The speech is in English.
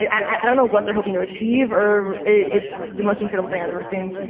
i don't know what they're hoping to achieve or it's the most incredible thing i've ever seen